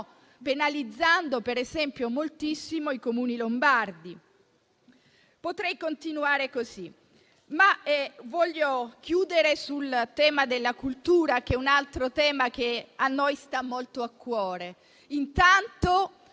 penalizzando per esempio moltissimo i Comuni lombardi. Potrei continuare così, ma voglio chiudere sul tema della cultura, che a noi sta molto a cuore: intanto